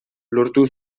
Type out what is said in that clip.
lortu